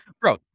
Bro